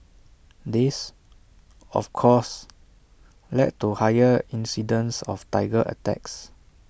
this of course led to higher incidences of Tiger attacks